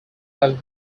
have